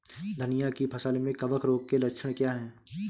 धनिया की फसल में कवक रोग के लक्षण क्या है?